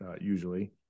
usually